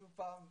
שוב פעם,